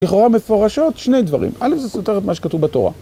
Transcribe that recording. לכאורה מפורשות שני דברים, אל"ף, זה סותר את מה שכתוב בתורה